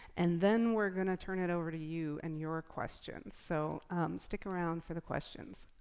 and then we're gonna turn it over to you and your questions. so stick around for the questions.